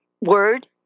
word